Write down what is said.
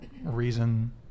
reason